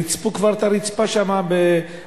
ריצפו כבר את הרצפה שם באבנים,